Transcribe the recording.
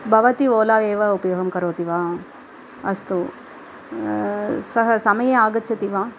भवती ओला एव उपयोगं करोति वा अस्तु सः समये आगच्छति वा